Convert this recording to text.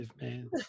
man